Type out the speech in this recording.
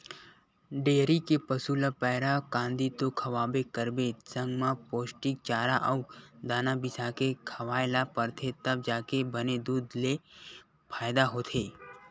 dairy के पसू ल पैरा, कांदी तो खवाबे करबे संग म पोस्टिक चारा अउ दाना बिसाके खवाए ल परथे तब जाके बने दूद ले फायदा होथे